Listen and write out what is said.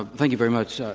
ah thank you very much, so